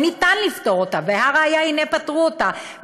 ואפשר לפתור אותה,